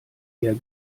eher